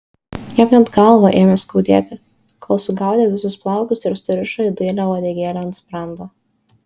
jam net galvą ėmė skaudėti kol sugaudė visus plaukus ir surišo į dailią uodegėlę ant sprando